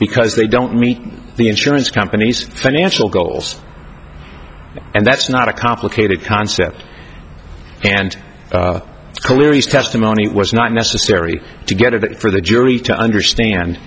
because they don't meet the insurance company's financial goals and that's not a complicated concept and clearly is testimony it was not necessary to get it for the jury to understand